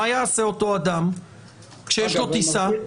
מה יעשה אותו אדם כשיש לו טיסה?